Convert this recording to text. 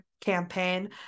campaign